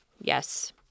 Yes